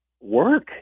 work